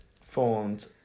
formed